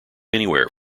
anywhere